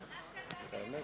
דווקא זה החלק הכי מעניין.